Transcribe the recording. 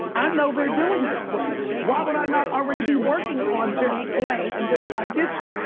i know they're doing this play. why would i not already be working on this play and this audition?